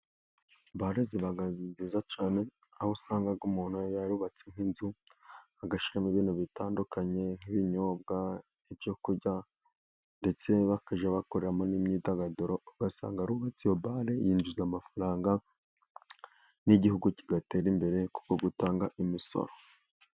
Bare ziba nziza cyane, aho usanga umuntu yarubatse nk'inzu agashyiramo ibintu bitandukanye, nk'ibinyobwa, nk'icyo kurya, ndetse bakajya bakoreramo n'imyidagaduro. Ugasanga ari uwubatse iyo bale yinjiza amafaranga, n'Igihugu kigatera imbere ku bwo gutanga imisoro.